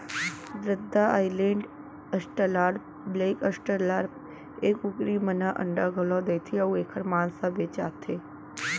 रद्दा Island, Australorp, black Australorp ए कुकरी मन ह अंडा घलौ देथे अउ एकर मांस ह बेचाथे